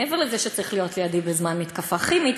מעבר לזה שצריך להיות לידי בזמן מתקפה כימית,